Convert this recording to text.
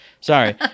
Sorry